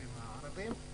היישובים הערביים.